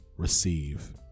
Receive